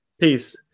Peace